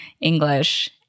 English